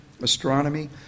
astronomy